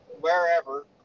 wherever